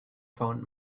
found